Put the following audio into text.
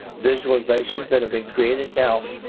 visualizations that have been created. now,